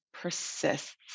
persists